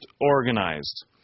organized